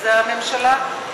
זה הממשלה.